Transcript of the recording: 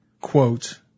quote